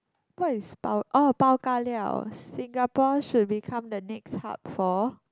what is bao oh bao ka liao Singapore should become the next hub for